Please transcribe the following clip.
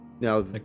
Now